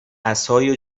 عصای